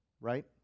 Right